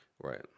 Right